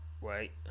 wait